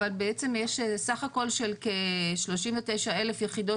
אבל בעצם יש סה"כ של כ- 39,000 יחידות